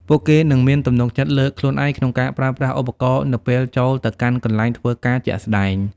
ពួកគេនឹងមានទំនុកចិត្តលើខ្លួនឯងក្នុងការប្រើប្រាស់ឧបករណ៍នៅពេលចូលទៅកាន់កន្លែងធ្វើការជាក់ស្តែង។